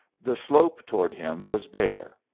the slope toward him was bare,